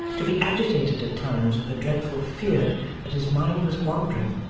to be agitated at times with a dreadful fear that his mind was wandering,